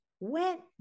went